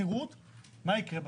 מה יקרה בסוף?